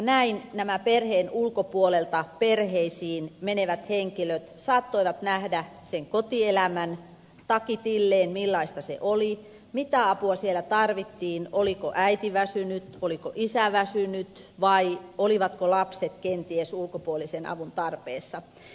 näin nämä perheen ulkopuolelta perheisiin menevät henkilöt saattoivat nähdä sen kotielämän takitilleen millaista se oli mitä apua siellä tarvittiin oliko äiti väsynyt oliko isä väsynyt vai olivatko lapset kenties ulkopuolisen avun tarpeessa